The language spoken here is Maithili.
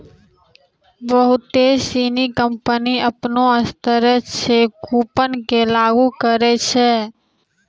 बहुते सिनी कंपनी अपनो स्तरो से कूपन के लागू करै छै